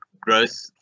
growth